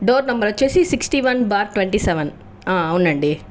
door number వచ్చి sixty one bar twenty seven ఆ అవునండి